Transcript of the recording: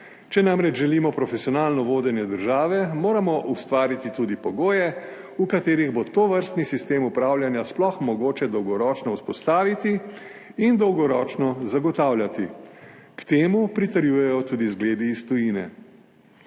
Če namreč želimo profesionalno vodenje države moramo ustvariti tudi pogoje, v katerih bo tovrstni sistem upravljanja sploh mogoče dolgoročno vzpostaviti in dolgoročno zagotavljati, k temu pritrjujejo tudi zgledi iz tujine.